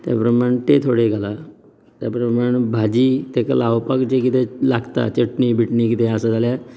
तें प्रमाण तें थोडे घालात ते प्रमाण भाजी तेका लावपाक जे कितें लागता चटणी बिटणी कितें आसा जाल्यार